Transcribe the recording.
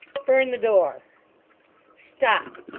burn the door stop!